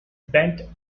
bent